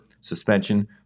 suspension